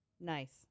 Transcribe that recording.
Nice